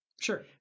Sure